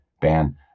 ban